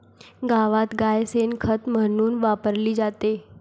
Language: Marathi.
गावात गाय शेण खत म्हणून वापरली जाते